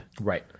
Right